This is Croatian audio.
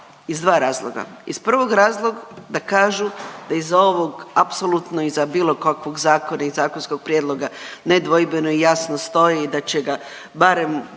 Iz dva razloga, iz prvog razloga da kažu da iza ovog apsolutno i iza bilo kakvog zakona i zakonskog prijedloga nedvojbeno i jasno stoji da će ga barem